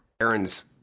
Aaron's